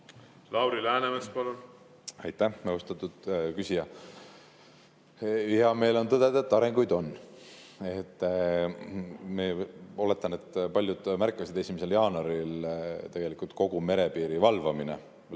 Lauri Läänemets, palun! Aitäh, austatud küsija! Hea meel on tõdeda, et arenguid on. Oletan, et paljud märkasid, et 1. jaanuaril läks kogu merepiiri valvamine